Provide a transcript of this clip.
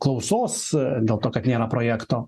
klausos dėl to kad nėra projekto